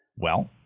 well,